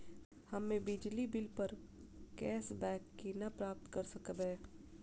हम्मे बिजली बिल प कैशबैक केना प्राप्त करऽ सकबै?